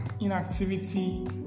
inactivity